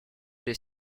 des